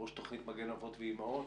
ראש תוכנית "מגן אבות ואימהות".